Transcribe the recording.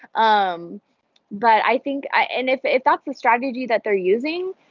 um but i think and if if that's the strategy that they're using,